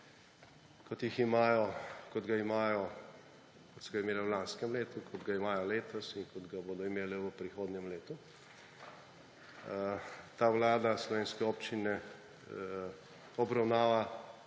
kot ga imajo, kot so ga imele v lanskem letu, kot ga imajo v letos in kot ga bodo imeli v prihodnjem letu. Ta vlada slovenske občine obravnava,